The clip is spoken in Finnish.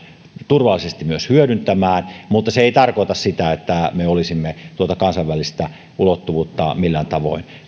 turvallisesti hyödyntämään mutta se ei tarkoita sitä että me olisimme tuota kansainvälistä ulottuvuutta millään tavoin